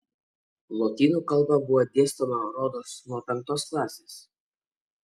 lotynų kalba buvo dėstoma rodos nuo penktos klasės